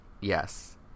Yes